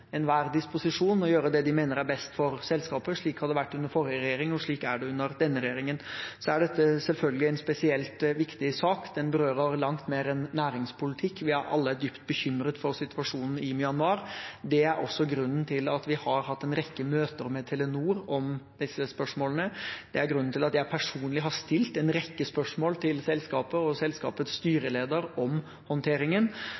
enhver disposisjon, og gjøre det de mener er best for selskapet. Slik har det vært under forrige regjering, og slik er det under denne regjeringen. Så er dette selvfølgelig en spesielt viktig sak. Den berører langt mer enn næringspolitikk. Vi er alle dypt bekymret for situasjonen i Myanmar. Det er også grunnen til at vi har hatt en rekke møter med Telenor om disse spørsmålene. Det er grunnen til at jeg personlig har stilt en rekke spørsmål til selskapet og selskapets